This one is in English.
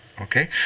Okay